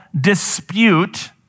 dispute